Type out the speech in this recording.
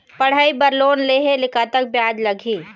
पढ़ई बर लोन लेहे ले कतक ब्याज लगही?